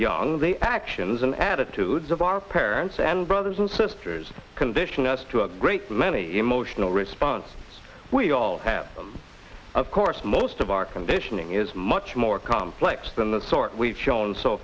young the actions and attitudes of our parents and brothers and sisters condition us to a great many emotional response we all have of course most of our conditioning is much more complex than the sort we've shown so